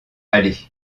allez